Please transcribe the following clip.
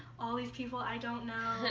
all these people i don't know.